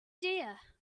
dear